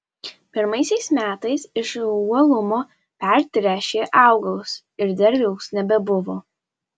pirmaisiais metais iš uolumo pertręšė augalus ir derliaus nebuvo